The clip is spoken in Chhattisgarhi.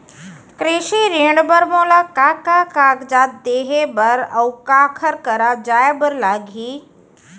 कृषि ऋण बर मोला का का कागजात देहे बर, अऊ काखर करा जाए बर लागही?